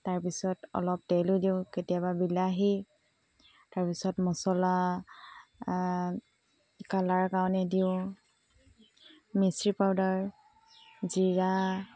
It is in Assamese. তাৰপিছত অলপ তেলো দিওঁ কেতিয়াবা বিলাহী তাৰপিছত মচলা কালাৰ কাৰণে দিওঁ মিছিৰি পাউদাৰ জীৰা